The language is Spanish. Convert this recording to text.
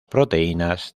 proteínas